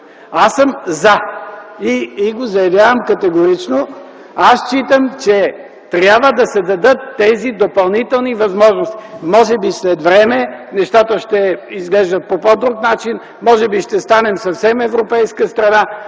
Аз съм „за” и го заявявам категорично. Аз считам, че трябва да се дадат тези допълнителни възможности. Може би след време нещата ще изглеждат по по-друг начин, може би ще станем съвсем европейска страна,